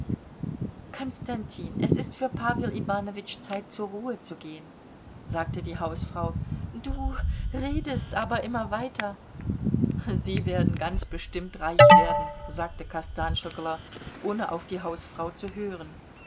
konstantin es ist für pawel iwanowitsch zeit zur ruhe zu gehen sagte die hausfrau du redest aber immer weiter sie werden ganz bestimmt reich werden sagte kostanschoglo ohne auf die hausfrau zu hören